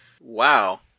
Wow